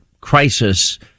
crisis